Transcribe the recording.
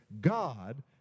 God